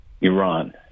Iran